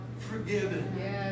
forgiven